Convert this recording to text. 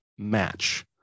match